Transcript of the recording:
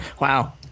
Wow